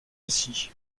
aussi